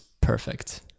perfect